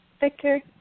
Victor